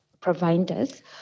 providers